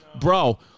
Bro